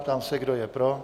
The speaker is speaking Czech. Ptám se, kdo je pro?